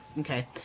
Okay